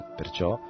perciò